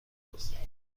کنم